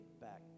back